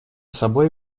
собой